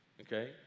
Okay